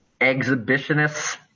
exhibitionists